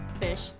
Fish